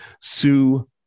Sue